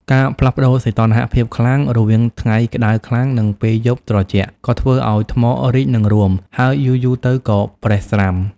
ការផ្លាស់ប្ដូរសីតុណ្ហភាពខ្លាំង រវាងថ្ងៃក្ដៅខ្លាំង និងពេលយប់ត្រជាក់ ក៏ធ្វើឱ្យថ្មរីក និងរួម ហើយយូរៗទៅក៏ប្រេះស្រាំ។